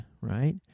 right